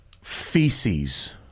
feces